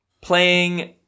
playing